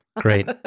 Great